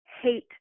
hate